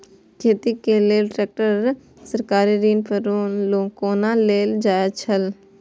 खेती के लेल ट्रेक्टर सरकारी ऋण पर कोना लेल जायत छल?